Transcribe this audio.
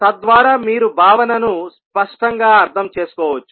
తద్వారా మీరు భావనను స్పష్టంగా అర్థం చేసుకోవచ్చు